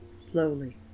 slowly